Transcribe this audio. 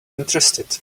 interested